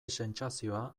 sentsazioa